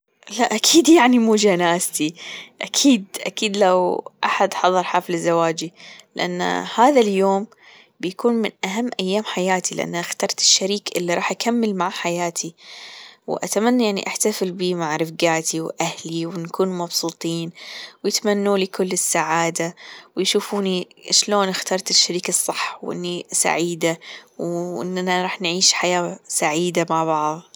لا أكيد يعني مو جنازتي أكيد أكيد لو أحد حضر حفل زواجي لأن هذا اليوم بيكون من أهم أيام حياتي لأن أنا إخترت الشريك اللي راح أكمل معاه حياتي وأتمنى يعني أحتفل بيه مع رفجاتي وأهلي ونكون مبسوطين ويتمنوا لي كل السعادة ويشوفوني شلون إخترت الشريك الصح وإني سعيدة وإننا راح نعيش حياة سعيدة مع بعض.